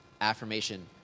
affirmation